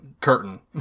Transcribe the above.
curtain